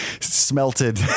smelted